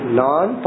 non